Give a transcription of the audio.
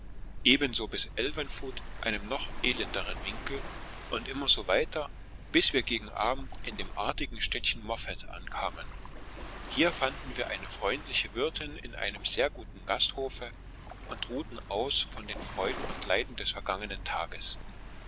ebenso bis elvanfoot einem noch elenderen winkel und immer so weiter bis wir gegen abend in dem artigen städtchen moffat ankamen hier fanden wir eine freundliche wirtin in einem sehr guten gasthofe und ruhten aus von den freuden und leiden des vergangenen tages